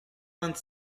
vingt